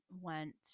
went